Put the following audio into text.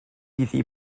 iddi